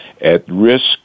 at-risk